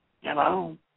Hello